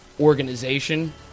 organization